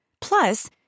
Plus